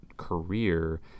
career